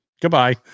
Goodbye